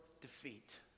defeat